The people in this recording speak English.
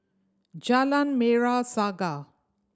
Jalan Merah Saga